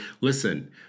listen